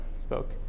spoke